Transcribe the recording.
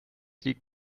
liegt